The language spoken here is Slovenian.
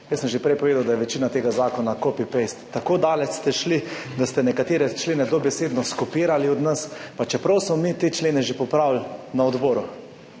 Jaz sem že prej povedal, da je večina tega zakona copy-paste. Tako daleč ste šli, da ste nekatere člene dobesedno skopirali od nas, pa čeprav smo mi te člene že popravili na odboru.